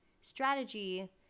strategy